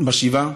בשבעה,